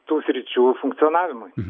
tų sričių funkcionavimui